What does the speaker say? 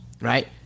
right